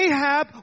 Ahab